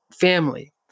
family